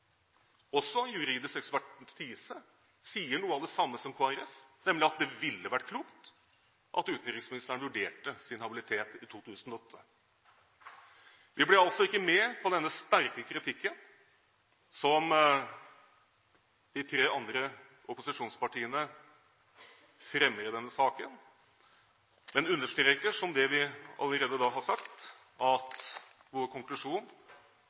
Også juridisk ekspertise sier noe av det samme som Kristelig Folkeparti, nemlig at det ville vært klokt at utenriksministeren vurderte sin habilitet i 2008. Vi ble altså ikke med på denne sterke kritikken som de tre andre opposisjonspartiene fremmer i denne saken, men understreker – som vi allerede har sagt – at vår konklusjon